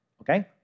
Okay